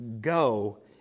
go